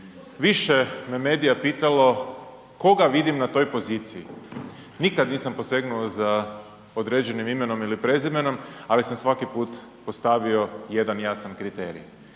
više me medija pitalo koga vidim na toj poziciji. Nikada nisam posegnuo za određenim imenom ili prezimenom, ali sam svaki put postavio jedan jasan kriterij.